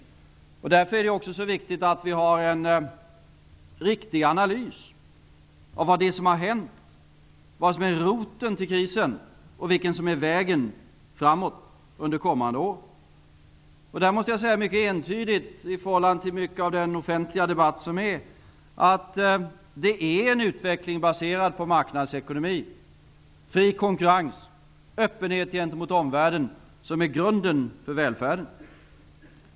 Det är därför också viktigt att vi har en riktig analys av vad som har hänt, av vad som är roten till krisen och av vilken väg som kan leda framåt under kommande år. Jag måste därvidlag, mot bakgrund av mycket av den offentliga debatt som förs, entydigt säga att det är en utveckling baserad på marknadsekonomi, fri konkurrens och öppenhet gentemot omvärlden som är grunden för välfärden.